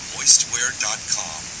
Moistwear.com